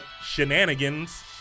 Shenanigans